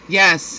yes